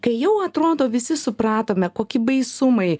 kai jau atrodo visi supratome kokie baisumai